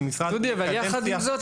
כמשרד --- אבל יחד עם זאת,